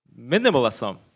Minimalism